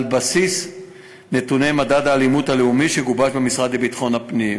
על בסיס נתוני מדד האלימות הלאומי שגובש במשרד לביטחון הפנים,